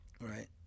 Right